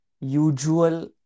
usual